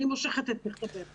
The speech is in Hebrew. אני מושכת את מכתבי הפיטורים.